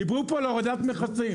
דיברו פה על הורדת מכסים.